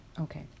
okay